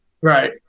Right